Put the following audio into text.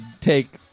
take